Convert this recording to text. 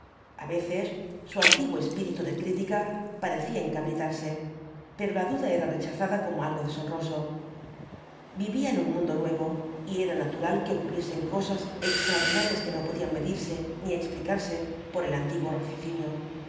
a veces su antiguo espíritu de crítica parecía encabritarse pero la duda era rechazada como algo deshonroso vivía en un mundo nuevo y era natural que ocurriesen cosas extraordinarias que no podían medirse ni explicarse por el antiguo raciocinio